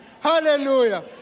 Hallelujah